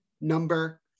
number